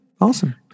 Awesome